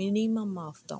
minimum half தான்